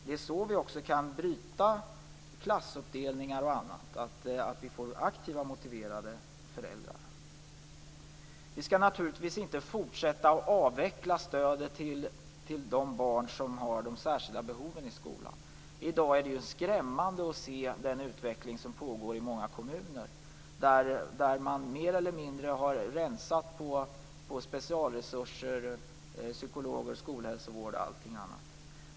Genom att få aktiva och motiverade föräldrar kan vi också bryta klassuppdelningar o.d. Vi skall naturligtvis inte fortsätta att avveckla stödet till de barn som har de särskilda behoven i skolan. Det är skrämmande att se den utveckling som i dag pågår i många kommuner, där man mer eller mindre har rensat bort specialresurser i form av psykologer, skolhälsovård osv.